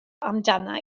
amdana